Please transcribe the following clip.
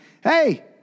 Hey